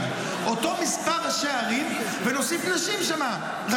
את אותו מספר ראשי ערים ונוסיף שם נשים,